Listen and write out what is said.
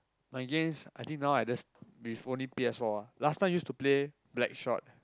I guess I think now I just with only p_s-four ah last time use to play blackshot